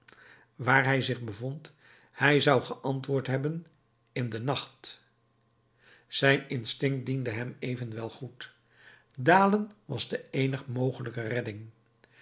waar hij zich bevond hij zou geantwoord hebben in den nacht zijn instinct diende hem evenwel goed dalen was de eenig mogelijke redding